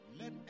Let